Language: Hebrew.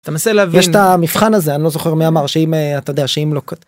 תנסה להבין יש את המבחן הזה אני לא זוכר מי אמר שאתה יודע שאם לא.